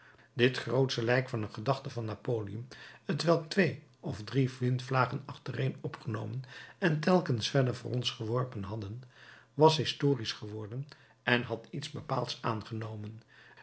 dit grootsche lijk van een gedachte van napoleon t welk twee of drie windvlagen achtereen opgenomen en telkens verder van ons geworpen hadden was historisch geworden en had iets bepaalds aangenomen